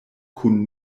kun